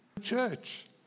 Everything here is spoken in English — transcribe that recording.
Church